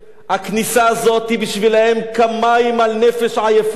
הכניסה הזאת היא בשבילם כמים על נפש עייפה,